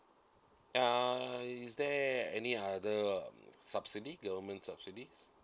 uh is there any other um subsidy government subsidies